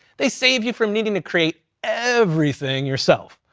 they save you from needing to create everything yourself.